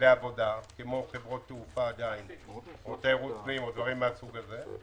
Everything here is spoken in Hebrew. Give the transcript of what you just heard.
לעבודה כמו: חברות תעופה או תיירות פנים או דברים מהסוג הזה,